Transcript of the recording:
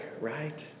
right